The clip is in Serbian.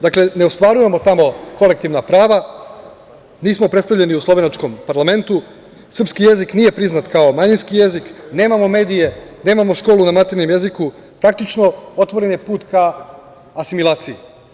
Dakle, ne ostvarujemo tamo kolektivna prava, nismo predstavljeni u slovenačkom parlamentu, srpski jezik nije priznat kao manjinski jezik, nemamo medije, nemamo školu na maternjem jeziku, praktično, otvoren je put ka asimilaciji.